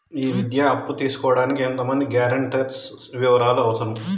ఈ విద్యా అప్పు తీసుకోడానికి ఎంత మంది గ్యారంటర్స్ వివరాలు అవసరం?